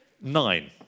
nine